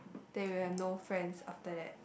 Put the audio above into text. that you have no friends after that